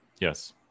yes